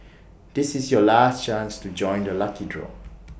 this is your last chance to join the lucky draw